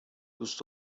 دوست